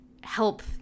help